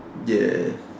ya